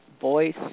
voice